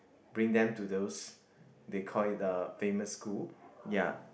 bring them to those they call it uh famous school ya